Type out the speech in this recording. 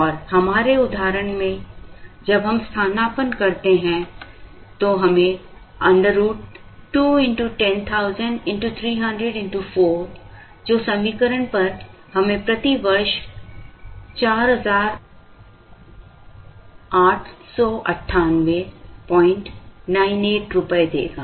और हमारे उदाहरण में जब हम स्थानापन्न करते हैं तो हमें √ 2x 10000 x 300 x 4 जो सरलीकरण पर हमें प्रति वर्ष 489898 रुपये देगा